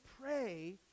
pray